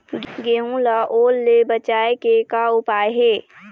गेहूं ला ओल ले बचाए के का उपाय हे?